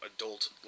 adult